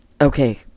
okay